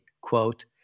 quote